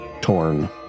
torn